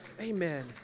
Amen